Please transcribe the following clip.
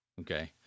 okay